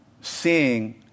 seeing